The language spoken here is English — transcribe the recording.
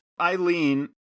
Eileen